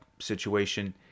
situation